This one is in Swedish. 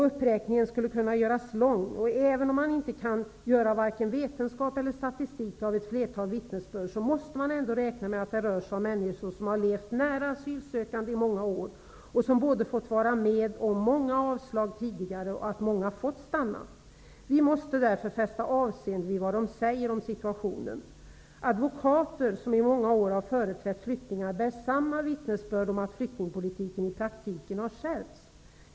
Uppräkningen skulle kunna göras lång. Även om man inte kan göra vare sig vetenskap eller statistik av ett flertal vittnesbörd, måste man ändå räkna med att det rör sig om människor som har levt nära asylsökande i många år och som har fått vara med om både att många har fått avslag tidigare och att många har fått stanna. Vi måste därför fästa avseende vid vad dessa människor säger. Advokater som i många år har företrätt flyktingar bär samma vittnesbörd om att flyktingpolitiken i praktiken har skärpts.